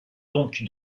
donc